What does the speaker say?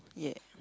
yeah